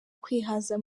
kwihaza